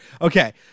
okay